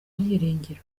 byiringiro